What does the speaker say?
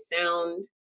sound